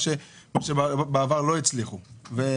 בעבר לא הצליחו בזה.